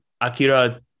Akira